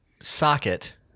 Socket